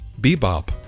Bebop